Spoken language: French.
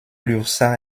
lurçat